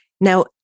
now